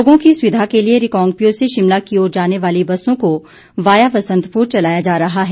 लोगों की सुविधा के लिए रिकांग पिओ से शिमला की ओर जाने वाली बसों को वाया बसंतपुर चलाया जा रहा है